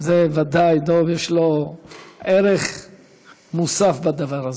זה ודאי, דב, יש לו ערך מוסף בדבר הזה.